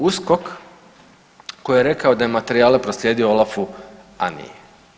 USKOK koji je rekao da je materijale proslijedio OLAF-u, a nije.